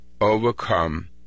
overcome